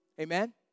Amen